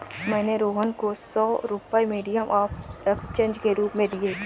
मैंने रोहन को सौ रुपए मीडियम ऑफ़ एक्सचेंज के रूप में दिए